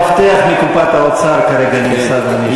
מפתח מקופת האוצר כרגע נמסר לי,